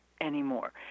anymore